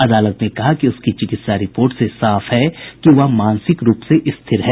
अदालत ने कहा कि उसकी चिकित्सा रिपोर्ट से साफ है कि वह मानसिक रूप से स्थिर है